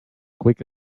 quick